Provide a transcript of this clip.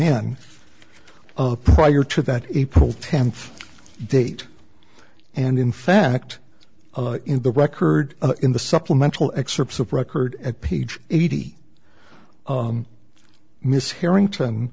in the prior to that april tenth date and in fact in the record in the supplemental excerpts of record at page eighty miss harrington